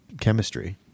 chemistry